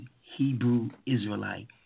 Hebrew-Israelite